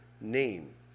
name